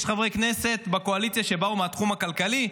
יש חברי כנסת בקואליציה שבאו מהתחום הכלכלי,